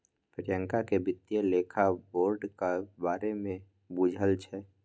प्रियंका केँ बित्तीय लेखा बोर्डक बारे मे बुझल छै